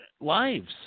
lives